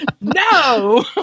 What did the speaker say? no